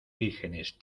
vírgenes